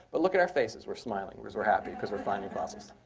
but look at our faces. we're smiling because we're happy, because we're finding fossils.